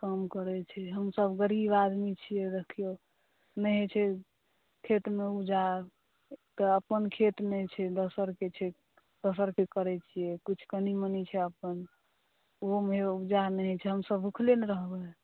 काम करै छै हम सभ गरीब आदमी छी नहि होइ छै खेतमे उपजा ओकर अपन खेत नहि छै दोसरके करै छियै किछु कनि मनि छै अपन ओहोमे उपजा नहि होइ छै हमसभ भुखले ने रहबै